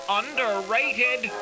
underrated